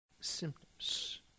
symptoms